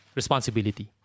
responsibility